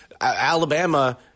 Alabama